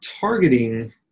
targeting